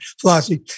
philosophy